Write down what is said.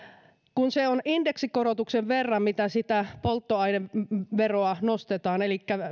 kun se on indeksikorotuksen verran mitä sitä polttoaineveroa nostetaan elikkä